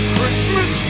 Christmas